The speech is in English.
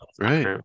right